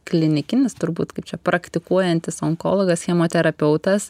klinikinis turbūt kaip čia praktikuojantis onkologas chemoterapeutas